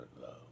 love